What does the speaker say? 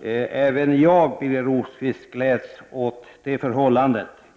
Även jag, Birger Rosqvist, gläds åt det förhållandet.